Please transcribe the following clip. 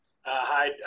Hi